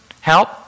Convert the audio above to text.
Help